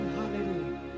hallelujah